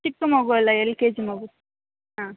ಚಿಕ್ಕ ಮಗು ಅಲ್ಲಾ ಎಲ್ ಕೆ ಜಿ ಮಗು ಹಾಂ